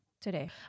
today